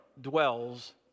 dwells